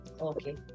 okay